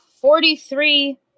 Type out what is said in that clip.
Forty-three